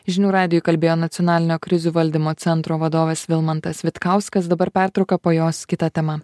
žinių radijui kalbėjo nacionalinio krizių valdymo centro vadovas vilmantas vitkauskas dabar pertrauka po jos kita tema